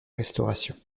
restauration